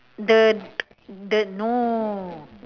the the no